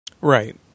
Right